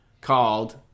called